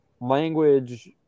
Language